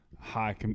high